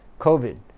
COVID